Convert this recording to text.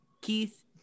Keith